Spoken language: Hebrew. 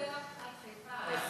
אבל גם החוק לא מדבר על חיפה.